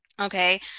okay